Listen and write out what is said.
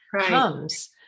comes